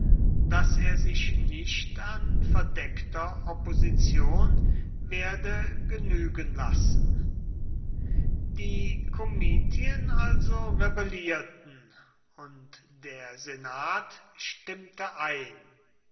daß er sich nicht an verdeckter opposition werde genügen lassen die komitien also rebellierten und der senat stimmte ein